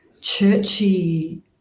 churchy